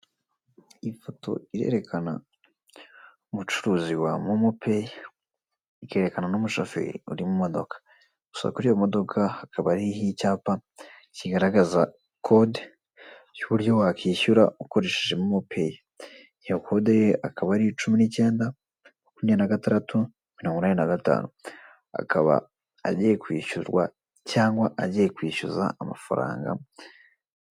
Iyi foto irerekana umucuruzi wa Momo pay, ikerekana n'umushoferi uri mu modoka. So, kuri iyo modoka hakaba hariho icyapa kigaragaza kode y'uburyo wakwishyura ukoresheje Momo pay. Iyo kode ye akaba ari cumi n'icyenda, makumyabiri na gatandatu mirongo inani na gatanu, akaba agiye kwishyurwa cyangwa agiye kwishyuzwa amafaranga.